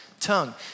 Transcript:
Tongue